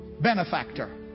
benefactor